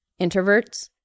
introverts